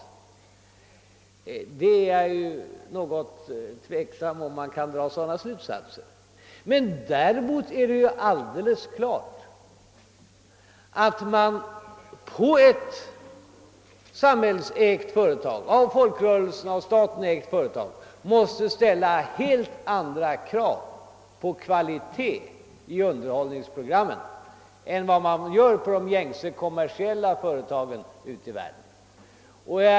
Jag är något tveksam huruvida man kan dra sådana slutsatser. Däremot står det alldeles klart att man när det gäller ett av folkrörelserna och av staten ägt företag måste ställa helt andra krav på underhållningsprogrammets kvalitet än när det gäller de gängse kommersiella företagen ute i världen.